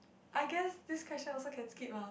I guess this question also can skip lah